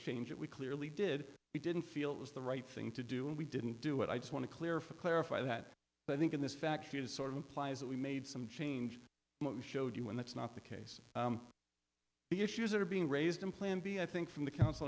change it we clearly did we didn't feel it was the right thing to do and we didn't do it i just want to clear for clarify that but i think in this fact it is sort of implies that we made some change showed you when that's not the case the issues that are being raised in plan b i think from the council